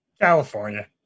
California